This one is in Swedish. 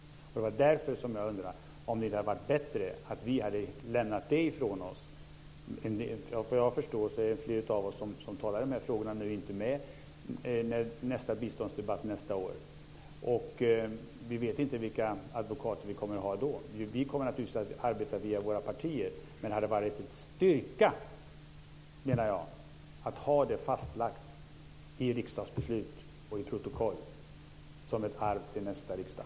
Det är därför som jag undrar om det inte hade varit bättre att vi hade lämnat ett arv ifrån oss. Såvitt jag förstår är det flera av oss som nu talar i dessa frågor som inte kommer att vara med nästa år i nästa biståndsdebatt. Vi vet inte vilka advokater vi kommer att ha då. Vi kommer naturligtvis att arbeta via våra partier. Men det hade varit en styrka att ha det fastlagt i riksdagsbeslut och protokoll som ett arv till nästa riksdag.